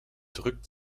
drückt